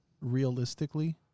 realistically